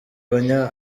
abanya